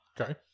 Okay